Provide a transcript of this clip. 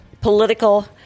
political